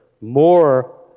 more